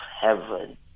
heaven